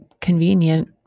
convenient